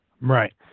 Right